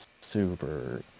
super